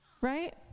Right